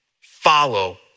follow